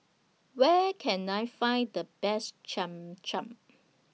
Where Can I Find The Best Cham Cham